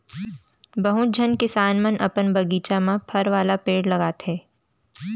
बहुत झन किसान मन अपन बगीचा म फर वाला पेड़ लगाथें